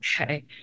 okay